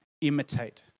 imitate